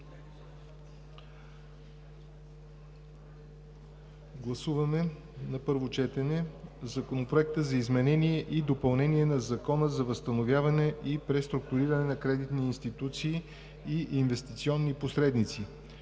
Гласуваме на първо четене Законопроект за изменение и допълнение на Закона за възстановяване и преструктуриране на кредитни институции и инвестиционни посредници,